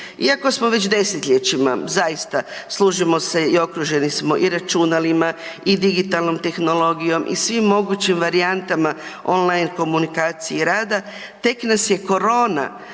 Iako smo već desetljećima zaista služimo se i okruženi smo i računalima i digitalnom tehnologijom i svim mogućim varijantama on line komunikacije rada, tek nas je korona